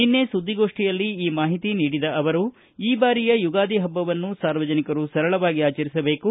ನಿನ್ನೆ ಸುದ್ದಿಗೋಷ್ಠಿಯಲ್ಲಿ ಈ ಮಾಹಿತಿ ನೀಡಿದ ಅವರು ಈ ಬಾರಿಯ ಯುಗಾದಿ ಹಬ್ಬವನ್ನು ಸಾರ್ವಜನಿಕರು ಸರಳವಾಗಿ ಆಚರಿಸಬೇಕು